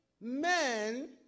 men